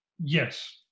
Yes